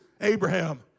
Abraham